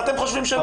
ואתם חושבים שלא?